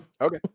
Okay